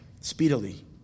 speedily